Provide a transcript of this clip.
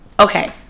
okay